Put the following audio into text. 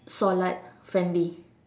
solat friendly